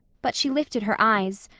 but she lifted her eyes,